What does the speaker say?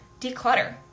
declutter